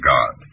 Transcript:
God